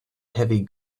heavy